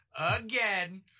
again